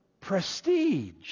prestige